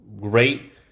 Great